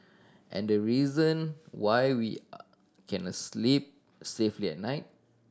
and the reason why we can asleep safely at night